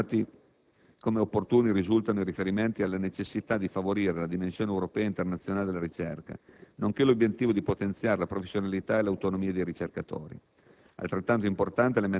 Così come opportuni risultano i riferimenti alla necessità di favorire la dimensione europea e internazionale della ricerca, nonché l'obiettivo di potenziare la professionalità e l'autonomia dei ricercatori.